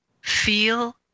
feel